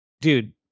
dude